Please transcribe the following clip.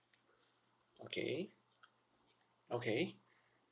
okay okay